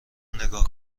نگاه